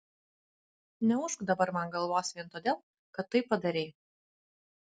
neūžk dabar man galvos vien todėl kad tai padarei